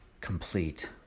complete